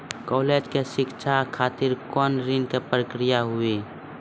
College के शिक्षा खातिर कौन ऋण के प्रक्रिया हुई?